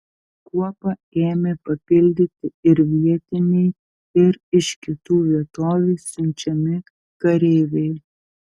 kuopą ėmė papildyti ir vietiniai ir iš kitų vietovių siunčiami kareiviai